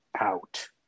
out